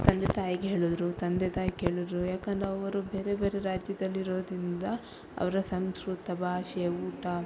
ತಂದೆ ತಾಯಿಗೆ ಹೇಳಿದ್ರು ತಂದೆ ತಾಯಿ ಕೇಳಿದ್ರು ಯಾಕಂದರೆ ಅವರು ಬೇರೆ ಬೇರೆ ರಾಜ್ಯದಲ್ಲಿರೋದರಿಂದ ಅವರ ಸಂಸ್ಕೃತ ಭಾಷೆ ಊಟ